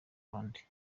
abandi